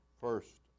first